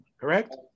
correct